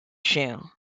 shoe